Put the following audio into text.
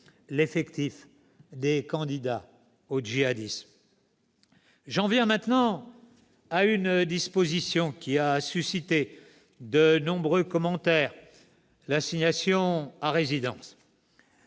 J'en viens maintenant à une disposition qui a suscité de nombreux commentaires : l'assignation à résidence.